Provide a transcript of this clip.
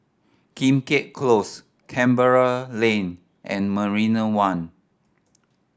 Keat Close Canberra Lane and Marina One